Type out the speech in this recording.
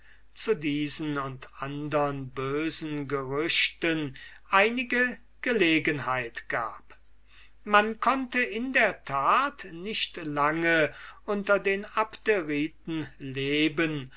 zu diesen und andern bösen gerüchten einige gelegenheit gab man konnte in der tat nicht lange unter den abderiten leben